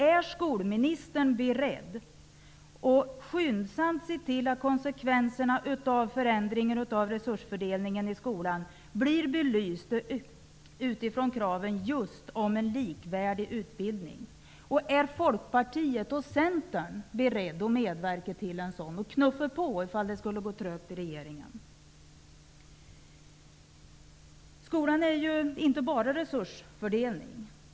Är skolministern beredd att skyndsamt se till att konsekvenserna av förändringarna av resursfördelningen i skolan blir belysta utifrån just kravet på en likvärdig utbildning? Är Folkpartiet och Centern beredda att medverka till detta och knuffa på i fall det skulle gå trögt i regeringen? Skolan handlar ju inte bara om resursfördelning.